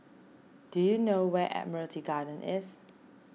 do you know where Admiralty Garden is